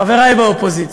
חברי באופוזיציה,